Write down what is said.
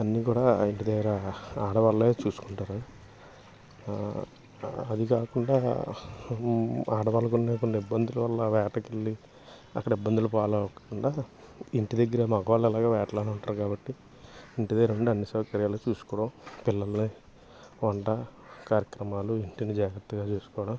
అన్నీ కూడా ఇంటి దగ్గర ఆడవాళ్ళే చూసుకుంటారు అది కాకుండా ఆడవాళ్ళకున్న కొన్ని ఇబ్బందుల వల్ల వేటకెళ్ళి అక్కడ ఇబ్బందులు పాలవకుండా ఇంటి దగ్గర మగవాళ్ళు ఎలాగ వేటలోని ఉంటారు కాబట్టి ఇంటి దగ్గర ఉండి అన్ని సౌకర్యాలు చూసుకో పిల్లల్ని వంట కార్యక్రమాలు ఇంటిని జాగ్రత్తగా చూసుకోవడం